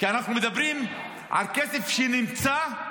כי אנחנו מדברים על כסף שנמצא,